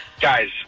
Guys